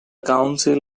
council